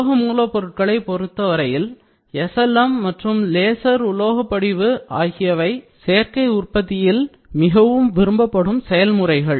உலோக மூலப்பொருட்களை பொருத்தவரையில் SLM மற்றும் லேசர் உலோக படிவு ஆகியவை சேர்க்கை உற்பத்திக்கு மிகவும் விரும்பப்படும் செயல்முறைகள்